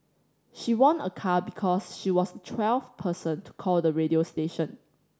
she won a car because she was twelfth person to call the radio station